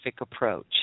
approach